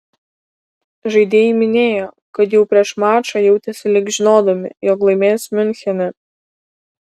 žaidėjai minėjo kad jau prieš mačą jautėsi lyg žinodami jog laimės miunchene